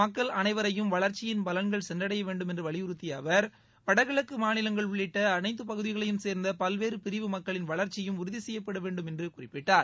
மக்கள் அனைவரையும் வளர்ச்சியின் பலன்கள் சென்றடையவேண்டும் என்ற வலியுறத்திய அவர் வடகிழக்கு மாநிலங்கள் உள்ளிட்ட அனைத்து பகுதிகளையும் சேர்ந்த பல்வேறு பிரிவு மக்களின் வளர்ச்சியும் உறுதி செய்யப்படவேண்டும் என்று குறிப்பிட்டார்